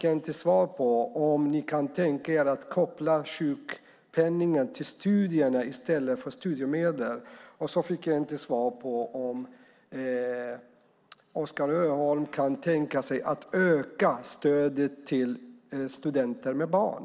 Min sista fråga, om ni kan tänka er att koppla sjukpenningen till studier i stället för studiemedel, fick jag inte svar på. Jag fick inte heller svar på frågan om Oskar Öholm kan tänka sig att öka stödet till studenter med barn.